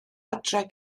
adre